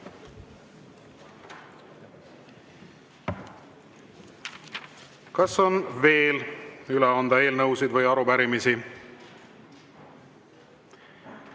Kas on veel üle anda eelnõusid või arupärimisi?